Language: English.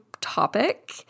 topic